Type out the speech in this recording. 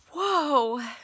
Whoa